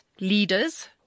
leaders